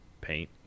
paint